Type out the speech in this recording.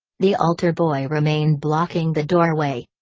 the altar boy remained blocking the doorway.